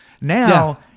Now